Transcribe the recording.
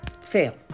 Fail